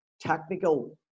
technical